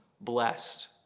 blessed